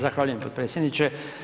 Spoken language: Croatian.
Zahvaljujem potpredsjedniče.